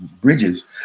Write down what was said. bridges